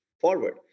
forward